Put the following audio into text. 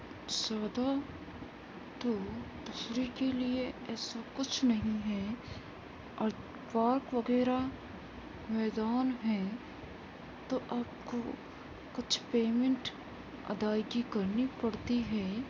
زیادہ تو تفریح کے لیے ایسا کچھ نہیں ہے اور پارک وغیرہ میدان ہے تو آپ کو کچھ پیمنٹ ادائیگی کرنی پڑتی ہے